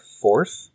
fourth